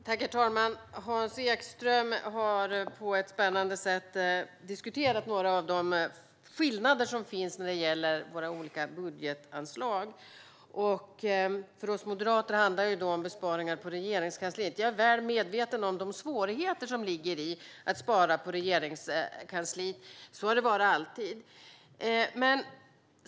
Herr talman! Hans Ekström har på ett spännande sätt tagit upp några av de skillnader som finns när det gäller våra olika budgetanslag. För oss moderater handlar det om besparingar på Regeringskansliet. Jag är väl medveten om de svårigheter som ligger i att spara på Regeringskansliet. Så har det alltid varit.